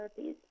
therapies